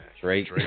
Drake